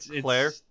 Claire